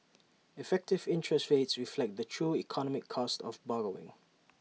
effective interest rates reflect the true economic cost of borrowing